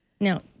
Now